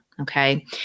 Okay